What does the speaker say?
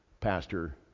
pastor